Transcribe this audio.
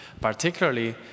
particularly